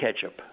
ketchup